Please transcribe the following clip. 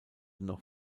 noch